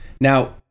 Now